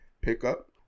pickup